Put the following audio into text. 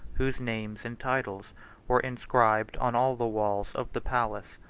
whose names and titles were inscribed on all the walls of the palace.